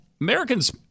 Americans